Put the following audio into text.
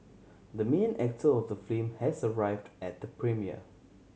the main actor of the film has arrived at the premiere